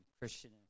Christian